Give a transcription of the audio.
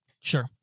sure